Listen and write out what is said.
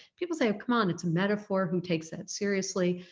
people say oh come on, it's a metaphor who takes that seriously?